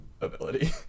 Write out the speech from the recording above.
Ability